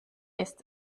ist